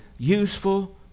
useful